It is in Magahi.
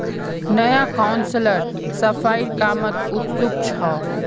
नया काउंसलर सफाईर कामत उत्सुक छ